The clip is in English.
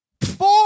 Four